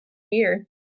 here